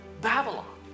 Babylon